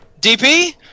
DP